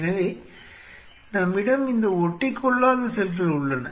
எனவே நம்மிடம் இந்த ஒட்டிகொள்ளாத செல்கள் உள்ளன